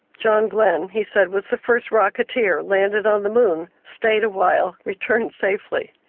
john glenn he said was the first rocketeer, landed on the moon, stayed a while, returned safely.